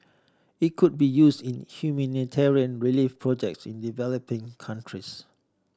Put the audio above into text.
it could be use in humanitarian relief projects in developing countries